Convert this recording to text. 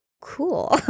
cool